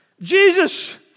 Jesus